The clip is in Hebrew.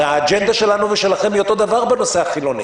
הרי האג'נדה שלנו ושלכם היא אותו דבר בנושא החילוני,